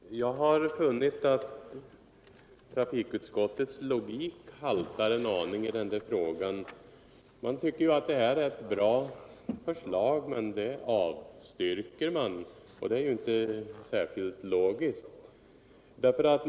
Herr talman! Jag har funnit att trafikutskottets logik haltar en aning i denna fråga. Man tycker att det här är ett bra förslag, men trots detta avstyrks det.